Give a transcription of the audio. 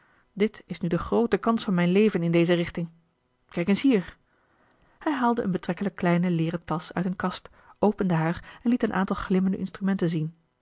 dit is nu de groote kans van mijn leven in deze richting kijk eens hier hij haalde een betrekkelijk kleine leeren tasch uit een kast opende haar en liet een aantal glimmende instrumenten zien